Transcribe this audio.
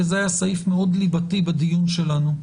כי זה היה סעיף ליבתי בדיון שלנו.